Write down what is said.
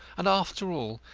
and, after all,